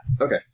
Okay